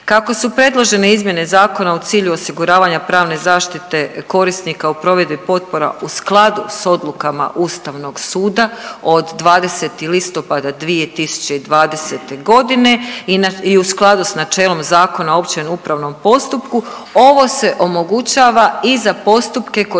Kako su predložene izmjene zakona u cilju osiguravanja pravne zaštite korisnika u provedbi potpora u skladu s odlukama Ustavnog suda od 20. listopada 2020.g. i u skladu sa načelom Zakona o općem upravnom postupku ovo se omogućava i za postupke koji